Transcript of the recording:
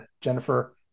Jennifer